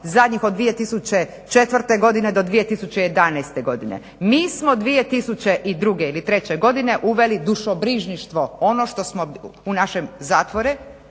zadnjih od 2004. godine do 2011. godine. Mi smo 2002. ili treće godine uveli dušobrižništvo ono što smo u naše zatvore,